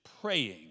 praying